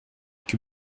que